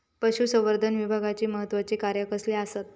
पशुसंवर्धन विभागाची महत्त्वाची कार्या कसली आसत?